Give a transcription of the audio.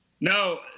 no